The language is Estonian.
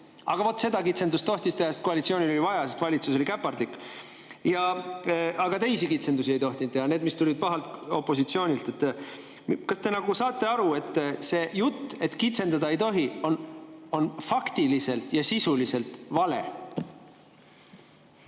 Aga vaat seda kitsendust tohtis teha, koalitsioonil oli seda vaja, sest valitsus oli olnud käpardlik. Aga teisi kitsendusi ei tohtinud teha, neid, mis tulid pahalt opositsioonilt. Kas te saate aru, et see jutt, et kitsendada ei tohi, on faktiliselt ja sisuliselt vale?